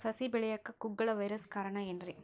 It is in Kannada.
ಸಸಿ ಬೆಳೆಯಾಕ ಕುಗ್ಗಳ ವೈರಸ್ ಕಾರಣ ಏನ್ರಿ?